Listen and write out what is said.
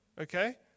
Okay